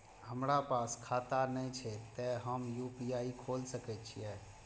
हमरा पास खाता ने छे ते हम यू.पी.आई खोल सके छिए?